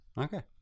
Okay